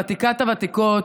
ותיקת הוותיקות,